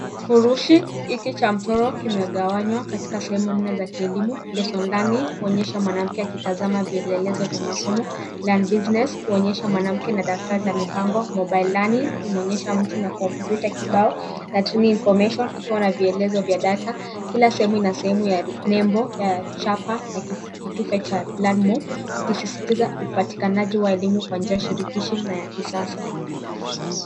Kifurushi hiki cha mchoro kimegawanywa katika sehemu nne za kielimu, lesson learning kuonyesha mwanamke akitazama vielelezo vya masomo, learn business kuonyesha mwanamke na daftari limepangwa, mobile learning kumuonyesha mtu na kompyuta kibao, latin nformation ikiwa na vielezo vya data. Kila sehemu ina sehemu ya nembo ya chapa na kitufe cha learn more ikisisitiza upatikanaji wa elimu kwa njia shirikishi na ya kisasa.